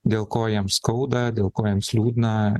dėl ko jiem skauda dėl ko jiems liūdna